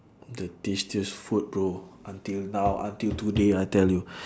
the tastiest food bro until now until today I tell you